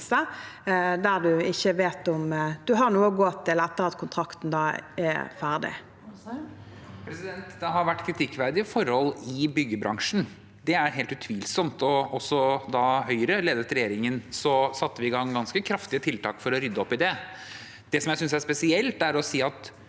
man har noe å gå til etter at kontrakten er ferdig. Henrik Asheim (H) Det har vært kritikk- verdige forhold i byggebransjen; det er helt utvilsomt. Også da Høyre ledet regjeringen, satte vi i gang ganske kraftige tiltak for å rydde opp i det. Det jeg synes er spesielt, er å si at